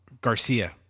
Garcia